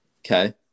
Okay